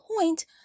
point